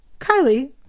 Kylie